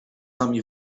nami